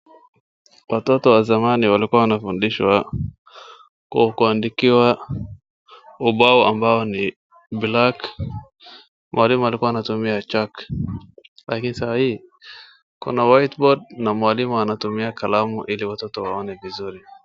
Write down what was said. Watoto wa zamani walikuwa wanafundishwa kwa kuandikiwa kwa ubao ambao ni black . Mwalimu alikuwa anatumia chaki. Lakini saa hii, kuna whiteboard na mwalimu anatumia kalamu ili watoto waone vizuri.